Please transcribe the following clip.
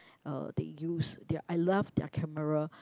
uh they use their I love their camera